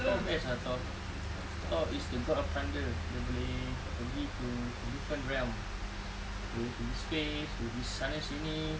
thor best ah thor thor is the god of thunder dia boleh pergi to a different realm boleh pergi space boleh pergi sana sini